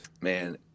man